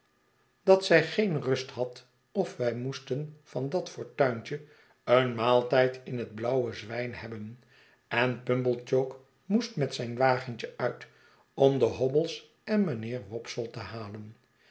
dat zij geen rust had of wy moesten van dat fortuintje een maaltijd in het blauwe zwyn hebben en pumblechook moest met z'yn wagentje uit om de hobble's en mijnheer wopsle te halen